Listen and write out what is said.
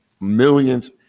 millions